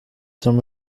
som